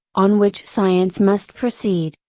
on which science must proceed,